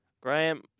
Graham